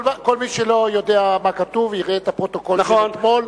כל מי שלא יודע מה כתוב יראה את הפרוטוקול של אתמול.